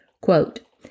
Quote